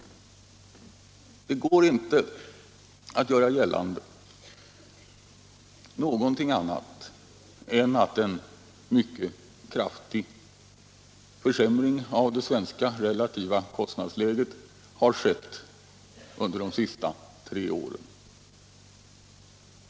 Det går inte att göra gällande någonting annat än att en mycket kraftig försämring av det svenska relativa kostnadsläget har skett under de senaste tre åren.